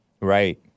Right